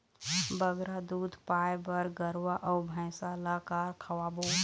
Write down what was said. बगरा दूध पाए बर गरवा अऊ भैंसा ला का खवाबो?